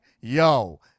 yo